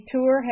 Tour